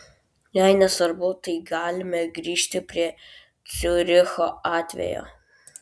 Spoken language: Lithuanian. jei nesvarbu tai galime grįžti prie ciuricho atvejo